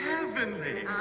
Heavenly